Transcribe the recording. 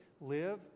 live